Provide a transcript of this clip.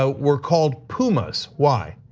ah were called pumas, why?